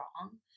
wrong